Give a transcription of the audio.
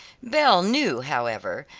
belle knew, however,